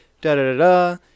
Da-da-da-da